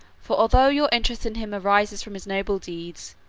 for although your interest in him arises from his noble deeds,